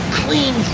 clean